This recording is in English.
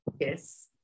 Yes